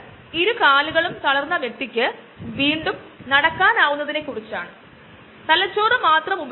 ഒരു 25 ലിറ്ററിലോ അതിൽ കൂടുതലോ ശേഷിയുള്ള വലിയ പ്ലാസ്റ്റിക് ബാഗുകളാകാം ഇത് കുറഞ്ഞ അളവിലുള്ള ഉയർന്ന മൂല്യമുള്ള ഉൽപ്പന്നങ്ങളുടെ ഉൽപാദനത്തിന് ഉപയോഗിക്കാം